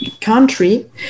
country